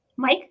Mike